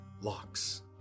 locks